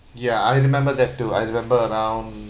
ya I remember that too I remember around